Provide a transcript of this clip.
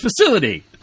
facility